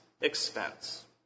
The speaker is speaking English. expense